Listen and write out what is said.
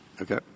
okay